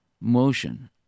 motion